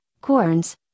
corns